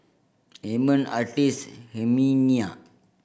Amon Artis Herminia